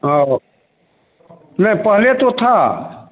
और नहीं पहले तो था